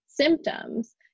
symptoms